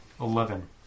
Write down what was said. Eleven